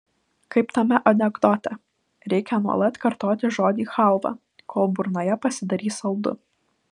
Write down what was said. kaip tame anekdote reikia nuolat kartoti žodį chalva kol burnoje pasidarys saldu